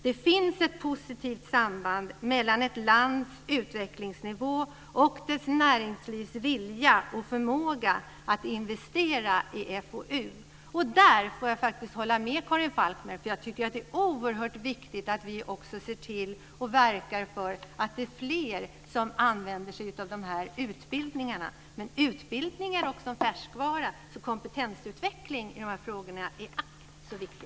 Det finns ett positivt samband mellan ett lands utvecklingsnivå och dess näringslivs vilja och förmåga att investera i FoU. Och där får jag faktiskt hålla med Karin Falkmer, för jag tycker att det är oerhört viktigt att vi också ser till och verkar för att det är fler som använder sig av de här utbildningarna. Men utbildning är också en färskvara, så kompetensutveckling i de här frågorna är ack så viktig.